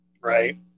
Right